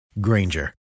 Granger